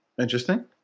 Interesting